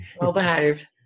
well-behaved